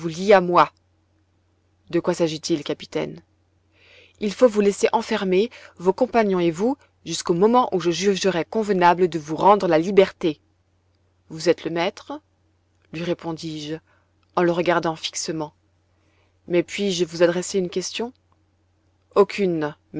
à moi de quoi s'agit-il capitaine il faut vous laisser enfermer vos compagnons et vous jusqu'au moment où je jugerai convenable de vous rendre la liberté vous êtes le maître lui répondis-je en le regardant fixement mais puis-je vous adresser une question aucune